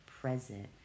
present